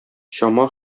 чама